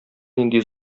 нинди